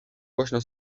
głośno